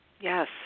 Yes